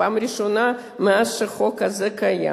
פעם ראשונה מאז שהחוק הזה קיים,